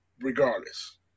regardless